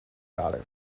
daughter